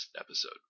episode